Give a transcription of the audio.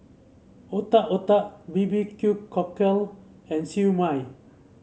Otak Otak B B Q Cockle and Siew Mai